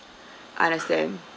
understand